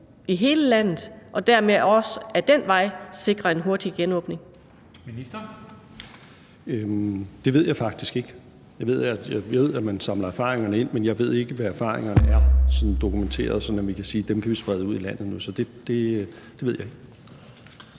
Ministeren. Kl. 13:50 Justitsministeren (Nick Hækkerup): Det ved jeg faktisk ikke. Jeg ved, at man samler erfaringerne ind, men jeg ved ikke, hvad erfaringerne er sådan dokumenteret, sådan at vi kan sige, at dem kan vi sprede ud i landet nu. Så det ved jeg ikke.